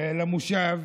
למושב.